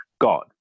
God